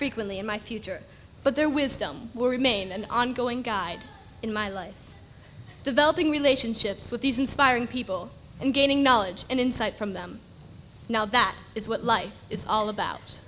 frequently in my future but their wisdom will remain an ongoing guide in my life developing relationships with these inspiring people and gaining knowledge and insight from them now that is what life is all about